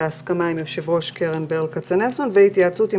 בהסכמה עם יושב-ראש קרן ברל כצנלסון והתייעצות עם